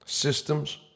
Systems